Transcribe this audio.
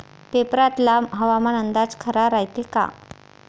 पेपरातला हवामान अंदाज खरा रायते का?